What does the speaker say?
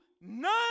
none